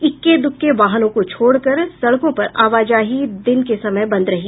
इक्के दुक्के वाहनों को छोड़कर सड़कों पर आवाजाही दिन के समय बंद रही